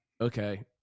okay